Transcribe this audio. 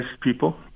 people